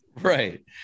right